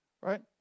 right